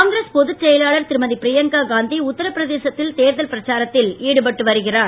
காங்கிரஸ் பொதுச் செயலாளர் திருமதி பிரியங்கா காந்தி வத்ரா உத்தரபிரதேசத்தில் தேர்தல் பிரச்சாரத்தில் ஈடுபட்டு வருகிறார்